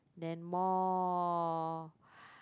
then more